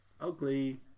Ugly